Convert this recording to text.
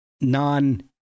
non